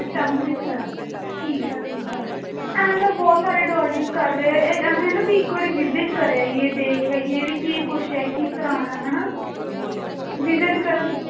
ਅੱਛਾ ਅੰਮ੍ਰਿਤਸਰ ਠੀਕ ਆ ਠੀਕ ਆ ਐਂ ਤਾਂ ਬਹੁਤ ਸਾਰੇ ਐਡਵਾਈਸਸ ਕਰ ਰਹੇ ਆ ਇਹ ਐਵੇਂ ਆ ਨਾ ਵੀ ਇੱਕ ਵਾਰੀ ਵਿਜ਼ਿਟ ਕਰ ਆਈਏ ਦੇਖ ਆਈਏ ਵੀ ਕੀ ਕੁਛ ਹੈ ਕਿਸ ਤਰ੍ਹਾਂ ਹੈ ਹੈ ਨਾ ਵਿਜ਼ਿਟ ਕਰਨ